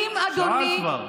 שאלת כבר.